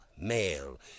male